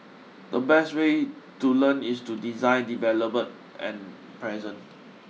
the best way to learn is to design develop and present